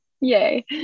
Yay